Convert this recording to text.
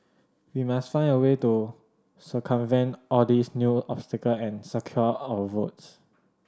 we must find a way to circumvent all these new obstacle and secure our votes